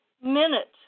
minute